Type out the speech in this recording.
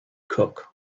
cook